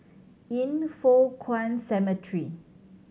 Yin Foh Kuan Cemetery